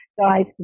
guys